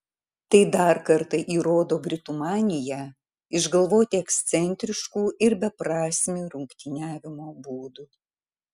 tai dar kartą įrodo britų maniją išgalvoti ekscentriškų ir beprasmių rungtyniavimo būdų